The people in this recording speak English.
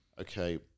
Okay